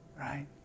right